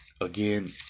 again